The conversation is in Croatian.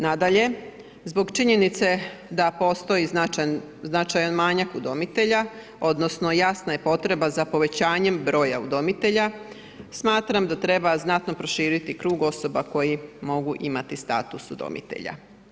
Nadalje, zbog činjenice da postoji značajan manjak udomitelja odnosno jasna je potreba za povećanjem broja udomitelja, smatram da treba znatno proširiti krug osoba koje mogu imati status udomitelja.